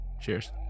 cheers